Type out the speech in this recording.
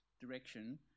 direction